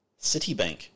Citibank